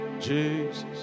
Jesus